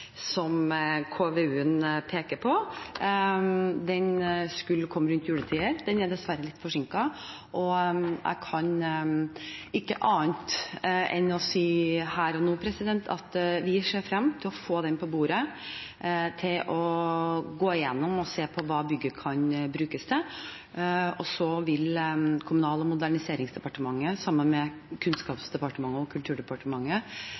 peker på. Den skulle kommet rundt juletider. Den er dessverre litt forsinket. Jeg kan ikke annet enn å si her og nå at vi ser frem til å få den på bordet for å gå gjennom og se på hva bygget kan brukes til. Så vil Kommunal- og moderniseringsdepartementet, sammen med Kunnskapsdepartementet og Kulturdepartementet,